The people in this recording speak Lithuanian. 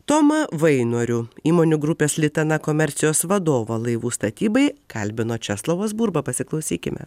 tomą vainorių įmonių grupės litana komercijos vadovą laivų statybai kalbino česlovas burba pasiklausykime